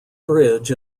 bridge